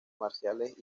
marciales